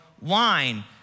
wine